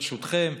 ברשותכם,